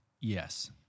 Yes